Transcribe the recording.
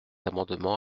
amendement